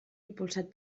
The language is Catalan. impulsat